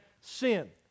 sin